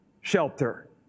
shelter